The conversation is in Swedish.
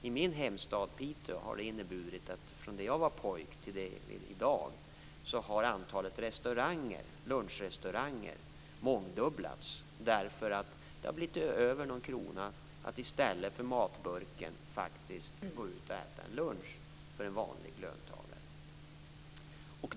I min hemstad Piteå har det inneburit att antalet lunchrestauranger har mångdubblats från det att jag var pojk till i dag. Det har blivit någon krona över för att, i stället för att ta med matburk, gå ut och äta en lunch för en vanlig löntagare.